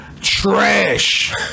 trash